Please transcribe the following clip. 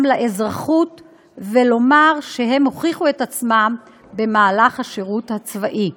לאזרחות ולומר שהם הוכיחו את עצמם בשירות הצבאי.